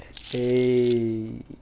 Hey